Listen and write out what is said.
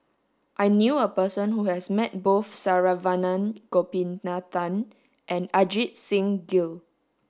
I knew a person who has met both Saravanan Gopinathan and Ajit Singh Gill